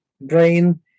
brain